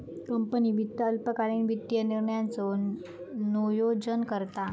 company वित्त अल्पकालीन वित्तीय निर्णयांचा नोयोजन करता